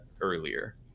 earlier